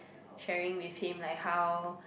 sharing with him like how